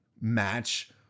match